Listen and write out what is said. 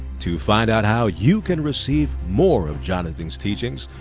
to find out how you can receive more of jonathan's teachings,